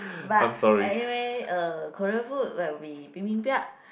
but anyway uh Korean food will be bibimbap